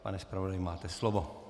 Pane zpravodaji, máte slovo.